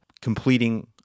completing